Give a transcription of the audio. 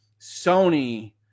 Sony